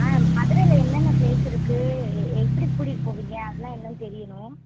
ஆ மதுரையில் என்னென்ன ஃப்ளேஸ் இருக்குது எ எ எப்படி கூட்டிகிட்டுப் போவீங்க அதெலாம் என்னெனு தெரியணும்